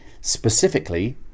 specifically